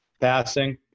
passing